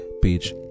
page